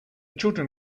children